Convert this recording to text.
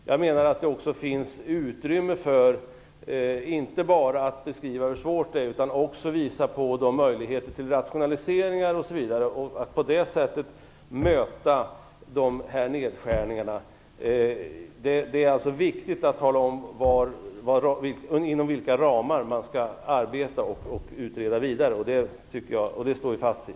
Jag menar att det inte bara finns utrymme för att beskriva hur svårt det är utan också för att visa på möjligheter till rationaliseringar osv., och möta nedskärningarna på det sättet. Det är alltså viktigt att tala om inom vilka ramar man skall arbeta och utreda vidare. Det står vi fast vid.